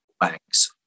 banks